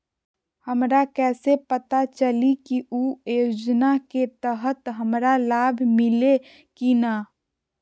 हमरा कैसे पता चली की उ योजना के तहत हमरा लाभ मिल्ले की न?